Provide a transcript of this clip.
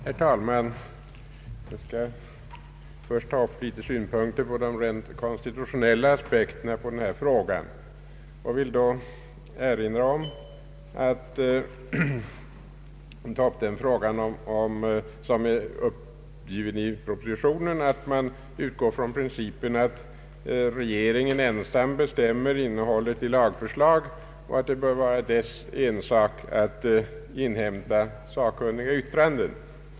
Herr talman! Jag skall först anföra några synpunkter på de rent konstitutionella aspekterna av denna fråga. I propositionen står att man utgår ifrån principen att regeringen ensam bestämmer innehållet i lagförslag och att det bör vara dess ensak att inhämta sakkunniga yttranden.